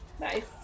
Nice